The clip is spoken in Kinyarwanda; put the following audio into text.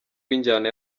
w’injyana